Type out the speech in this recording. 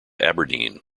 aberdeen